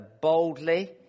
boldly